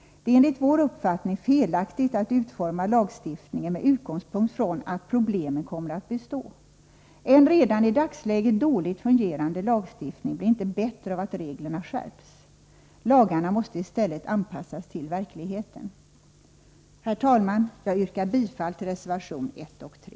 Det är enligt vår uppfattning felaktigt att utforma lagstiftningen med utgångspunkt i att problemen kommer att bestå. En redan i dagsläget dåligt fungerande lagstiftning blir inte bättre av att reglerna skärps. Lagarna måste i stället anpassas till verkligheten. Herr talman! Jag yrkar bifall till reservationerna 1 och 3.